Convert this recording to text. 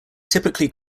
typically